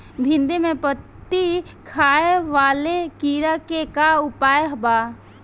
भिन्डी में पत्ति खाये वाले किड़ा के का उपाय बा?